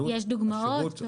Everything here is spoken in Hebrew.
יש דוגמאות?